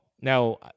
Now